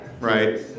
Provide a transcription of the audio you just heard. right